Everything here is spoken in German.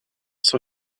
zur